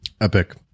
Epic